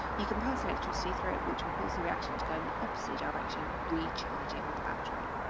you can pass electricity through it, which will cause the reaction to go in the opposite direction, recharging the battery.